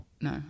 no